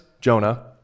jonah